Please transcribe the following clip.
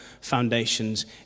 foundations